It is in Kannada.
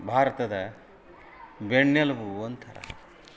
ಭಾರತದ ಬೆನ್ನೆಲ್ಬು ಅಂತಾರೆ